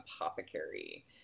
apothecary